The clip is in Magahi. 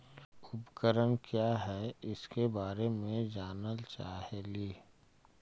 उपकरण क्या है इसके बारे मे जानल चाहेली?